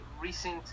recent